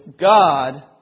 God